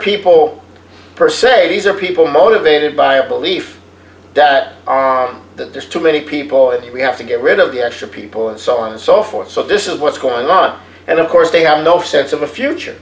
people per se these are people motivated by a belief that that there's too many people we have to get rid of the extra people and so on and so forth so this is what's going on and of course they have no sense of the future